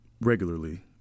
regularly